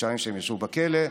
חודשיים שהם ישבו בכלא,